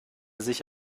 sich